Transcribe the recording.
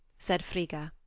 said frigga.